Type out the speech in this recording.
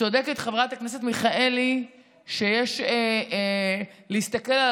צודקת חברת הכנסת מיכאלי שיש להסתכל על